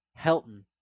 Helton